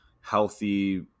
healthy